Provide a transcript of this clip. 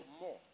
more